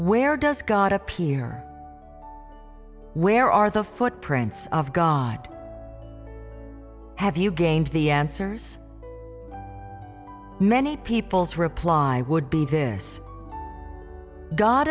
where does god appear where are the footprints of god have you gained the answers many people's reply would be this god